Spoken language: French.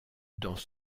dans